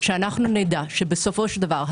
שאנחנו נדע שבסופו של דבר,